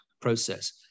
process